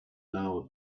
now